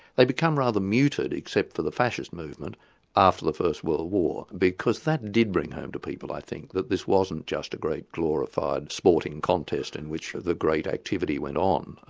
they become rather muted, except for the fascist movement after the first world war, because that did bring home to people i think that this wasn't just a great glorified sporting contest in which the great activity went on,